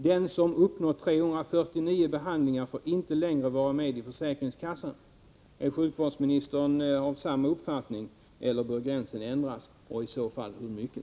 Den som uppnår 349 behandlingar får inte längre vara med i försäkringskassan. Är sjukvårdsministern av samma uppfattning? Eller bör gränsen ändras, och i så fall hur mycket?